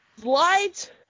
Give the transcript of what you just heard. slides